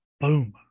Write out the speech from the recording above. boom